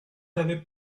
deve